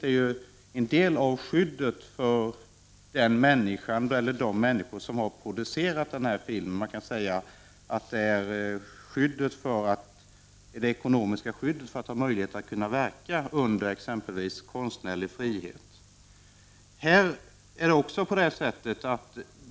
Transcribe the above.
Det gäller en del av skyddet för de människor som har producerat filmen. Man kan säga att det rör sig om det ekonomiska skyddet för att det skall vara möjligt att verka med konstnärlig frihet.